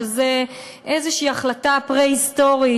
שזו איזושהי החלטה פרה-היסטורית,